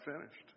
finished